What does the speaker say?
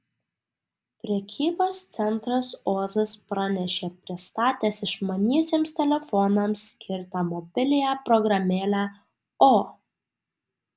prekybos centras ozas pranešė pristatęs išmaniesiems telefonams skirtą mobiliąją programėlę o